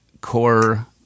core